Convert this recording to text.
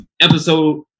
episode